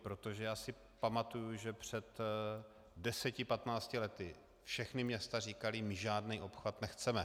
Protože já si pamatuji, že před 10, 15 lety všechna města říkala: My žádný obchvat nechceme.